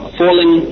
falling